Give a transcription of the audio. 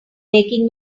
making